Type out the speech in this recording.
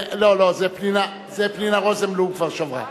לא לא, זה פנינה רוזנבלום כבר שברה.